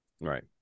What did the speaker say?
Right